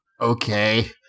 okay